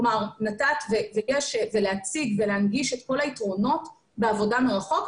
כלומר לתת ולהציג ולהנגיש את כל היתרונות בעבודה מרחוק,